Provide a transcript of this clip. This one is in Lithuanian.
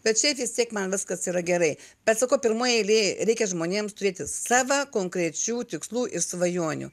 bet šiaip vis tiek man viskas yra gerai bet sakau pirmoj eilėj reikia žmonėms turėti savo konkrečių tikslų ir svajonių